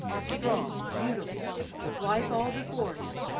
strong and beautiful, with life all before him,